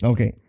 Okay